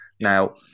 Now